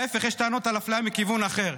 ההפך, יש טענות על אפליה מכיוון אחר.